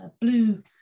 blue